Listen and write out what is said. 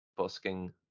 Busking